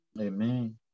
Amen